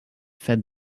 fed